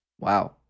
Wow